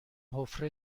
حفره